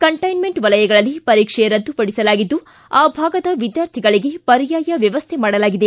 containment ವಲಯಗಳಲ್ಲಿ ಪರೀಕ್ಷೆ ರದ್ದುಪಡಿಸಲಾಗಿದ್ದು ಆ ಭಾಗದ ವಿದ್ಯಾರ್ಥಿಗಳಿಗೆ ಪರ್ಯಾಯ ವ್ಯವಸ್ಥೆ ಮಾಡಲಾಗಿದೆ